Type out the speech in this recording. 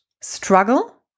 struggle